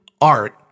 art